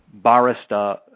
barista